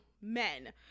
men